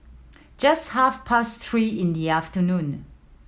just half past three in the afternoon